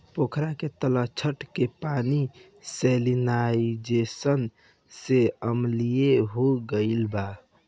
पोखरा के तलछट के पानी सैलिनाइज़ेशन से अम्लीय हो गईल बा